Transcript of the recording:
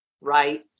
Right